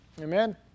Amen